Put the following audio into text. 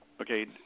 Okay